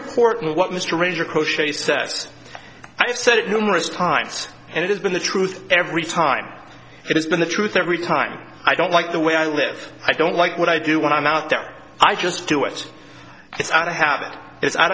important what mr frazier crochet says i've said it numerous times and it has been the truth every time it has been the truth every time i don't like the way i live i don't like what i do when i'm out there i just do it it's out to happen it's out